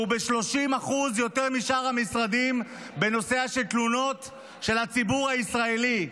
שהוא ב-30% יותר משאר המשרדים בנושא תלונות של הציבור הישראלי.